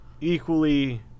equally